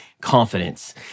confidence